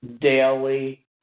daily